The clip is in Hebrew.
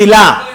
תפילה.